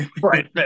right